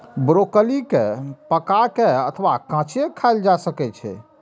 broccoli कें पका के अथवा कांचे खाएल जा सकै छै